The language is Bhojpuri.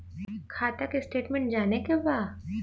खाता के स्टेटमेंट जाने के बा?